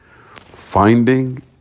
Finding